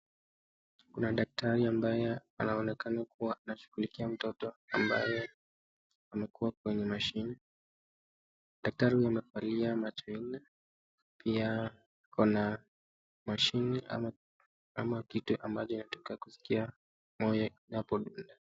Kuna daktari ambaye anaonekana kuwa akifunikia mtoto ambaye amekua kwenye mashini. Daktari huyu amevalia macho minne ,pia ako na mashini ama kitu ambacho atacho sikia moyo unapo dunda.